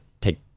take